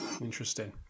Interesting